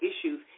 issues